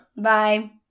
Bye